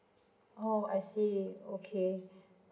oh I see okay